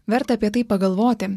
verta apie tai pagalvoti